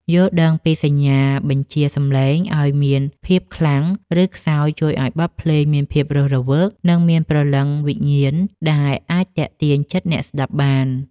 យល់ដឹងពីសញ្ញាបញ្ជាសម្លេងឱ្យមានភាពខ្លាំង ឬខ្សោយជួយឱ្យបទភ្លេងមានភាពរស់រវើក និងមានព្រលឹងវិញ្ញាណដែលអាចទាក់ទាញចិត្តអ្នកស្ដាប់បាន។